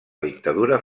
dictadura